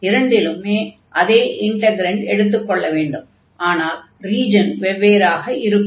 இரண்டிலும் அதே இன்டக்ரன்டை எடுத்துக் கொள்ள வேண்டும் ஆனால் ரீஜன் வெவ்வேறாக இருக்கும்